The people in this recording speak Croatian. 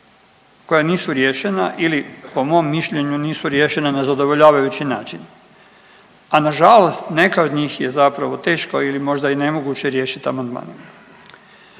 koja nisu riješena ili po mom mišljenu nisu riješena na zadovoljavajući način, a nažalost neka od njih je zapravo teško ili možda i nemoguće riješiti amandmanom.